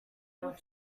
would